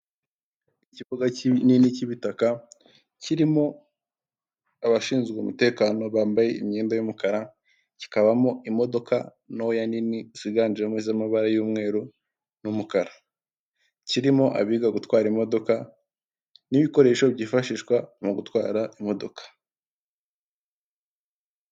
Ikibuga kinini cy'ibitaka kirimo abashinzwe umutekano bambaye imyenda y'umukara, kikabamo imodoka ntoya nini ziganjemo iz'amabara y'umweru n'umukara, kirimo abiga gutwara imodoka n'ibikoresho byifashishwa mu gutwara imodoka.